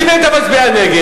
אז אם היא היתה מצביעה נגד,